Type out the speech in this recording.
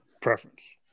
preference